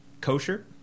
kosher